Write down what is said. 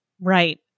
Right